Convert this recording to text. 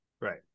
right